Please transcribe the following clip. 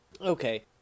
Okay